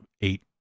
eight